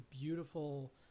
beautiful